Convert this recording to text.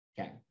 Okay